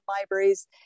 libraries